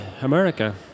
America